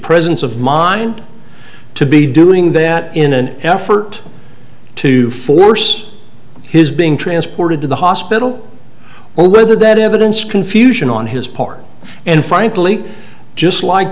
presence of mind to be doing that in an effort to force his being transported to the hospital or whether that evidence confusion on his part and frankly just like